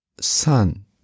Son